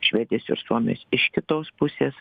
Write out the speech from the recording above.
švedijos ir suomijos iš kitos pusės